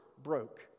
broke